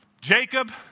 Jacob